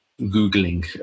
Googling